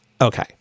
okay